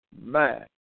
man